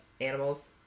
animals